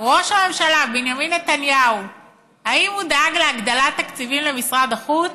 ראש הממשלה בנימין נתניהו דאג להגדלת תקציבים למשרד החוץ,